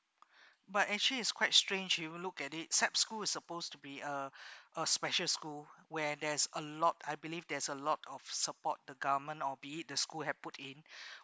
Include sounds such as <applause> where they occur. <breath> but actually it's quite strange you would look at it sap school is supposed to be a <breath> a special school where there's a lot I believe there's a lot of support the government or be it the school have put in